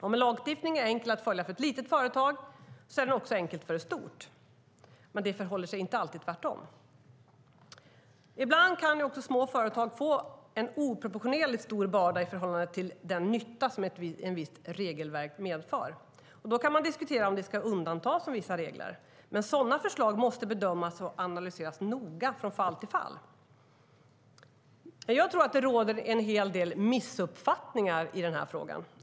Om en lagstiftning är enkel att följa för ett litet företag är det också enkelt för ett stort, men det förhåller sig inte alltid tvärtom. Ibland kan också små företag få en oproportionerligt stor börda i förhållande till den nytta som ett visst regelverk medför. Då kan man diskutera om de ska undantas från vissa regler. Men sådana förslag måste bedömas och analyseras noga från fall till fall. Jag tror att det råder en hel del missuppfattningar i frågan.